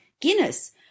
Guinness